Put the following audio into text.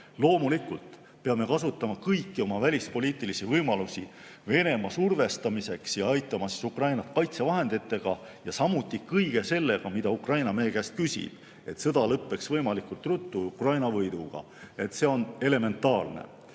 loomulikult kasutama kõiki oma välispoliitilisi võimalusi Venemaa survestamiseks ning aitama Ukrainat kaitsevahenditega, samuti kõige sellega, mida Ukraina meie käest küsib, et sõda lõpeks võimalikult ruttu Ukraina võiduga. See on elementaarne. Sõjajärgset